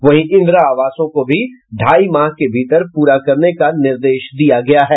वहीं इंदिरा आवासों को भी ढ़ाई माह के भीतर पूरा करने का निर्देश दिया गया है